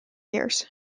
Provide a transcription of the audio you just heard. years